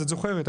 את זוכרת,